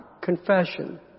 confession